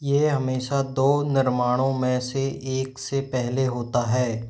ये हमेशा दो निर्माणों में से एक से पहले होता है